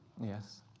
Yes